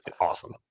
awesome